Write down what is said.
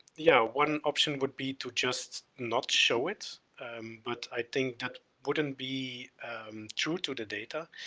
yeah, one option would be to just not show it but i think that wouldn't be true to the data.